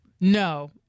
No